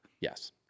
Yes